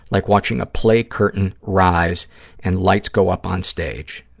like watching a play curtain rise and lights go up on stage.